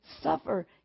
suffer